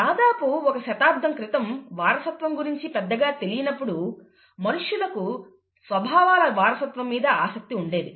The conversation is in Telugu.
దాదాపు ఒక శతాబ్దం క్రితం వారసత్వం గురించి పెద్దగా తెలియనప్పుడు మనుషులకు స్వభావాల వారసత్వం మీద ఆసక్తి ఉండేది